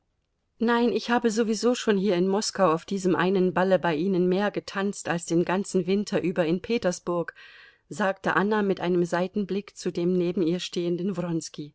nein ich habe sowieso schon hier in moskau auf diesem einen balle bei ihnen mehr getanzt als den ganzen winter über in petersburg sagte anna mit einem seitenblick zu dem neben ihr stehenden